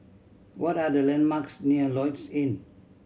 what are the landmarks near Lloyds Inn